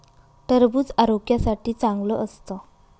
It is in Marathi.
टरबूज आरोग्यासाठी चांगलं असतं